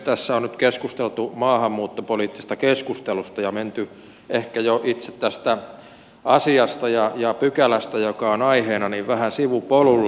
tässä on nyt keskusteltu maahanmuuttopoliittisesta keskustelusta ja menty ehkä jo itse tästä asiasta ja pykälästä joka on aiheena vähän sivupolulle